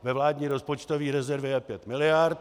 Ve vládní rozpočtové rezervě je pět miliard.